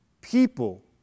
People